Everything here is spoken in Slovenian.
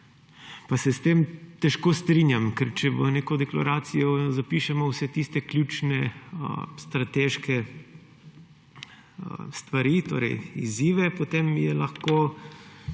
pa se s tem težko strinjam. Ker če v neko deklaracijo zapišemo vse tiste ključne strateške stvari, torej izzive, potem je lahko